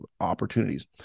opportunities